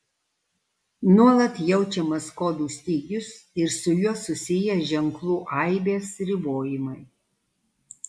nuolat jaučiamas kodų stygius ir su juo susiję ženklų aibės ribojimai